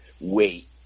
wait